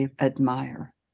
admire